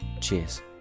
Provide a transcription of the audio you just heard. Cheers